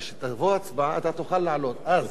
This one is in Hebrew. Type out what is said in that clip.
כשזה יובא להצבעה, תוכל להעלות אז.